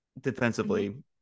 defensively